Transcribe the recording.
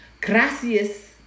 Gracias